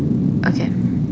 okay